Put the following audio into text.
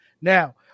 Now